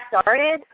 started